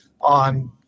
on